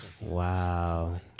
Wow